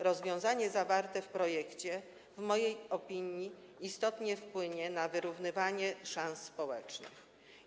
Rozwiązanie zawarte w projekcie w mojej opinii istotnie wpłynie na wyrównywanie szans społecznych.